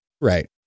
right